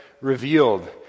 revealed